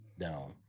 down